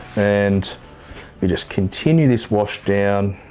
and we just continue this wash down.